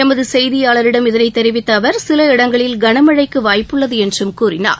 எமதுசெய்தியாளரிடம் இதனைத் தெரிவித்தஅவர் சில இடங்களில் கனமழைக்குவாய்ப்புள்ளதுஎன்றம் கூறினார்